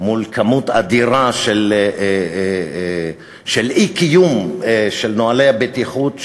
מול מאסה אדירה של אי-קיום של נוהלי הבטיחות,